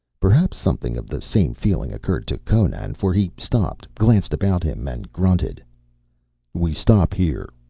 perhaps something of the same feeling occurred to conan, for he stopped, glanced about him, and grunted we stop here.